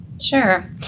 Sure